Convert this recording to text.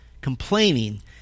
complaining